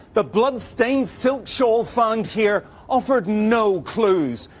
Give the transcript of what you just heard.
the bloodstained silk shawl found here offered no clues.